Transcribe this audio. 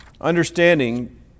understanding